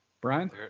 Brian